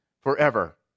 forever